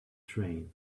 train